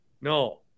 No